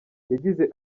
yagize